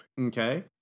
Okay